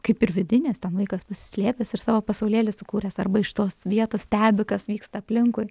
kaip ir vidinės ten vaikas pasislėpęs ir savo pasaulėlį sukūręs arba iš tos vietos stebi kas vyksta aplinkui